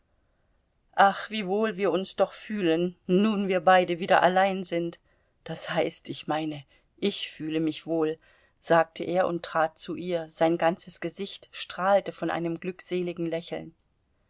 ach wie wohl wir uns doch fühlen nun wir beide wieder allein sind das heißt ich meine ich fühle mich wohl sagte er und trat zu ihr sein ganzes gesicht strahlte von einem glückseligen lächeln